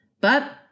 But-